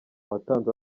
watanze